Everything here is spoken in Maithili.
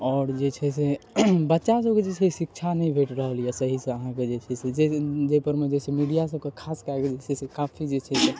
और जे छै से बच्चा सबके जे शिक्षा नहि भेट रहल यऽ सही सऽ आहाँके जे छै से जाहि परमे मीडिया सबके खास कए कऽ जे छै से काफी जे छै से